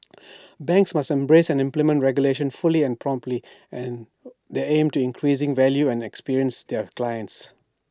banks must embrace and implement regulation fully and promptly and the aim to increasing value and experience their clients